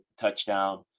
touchdown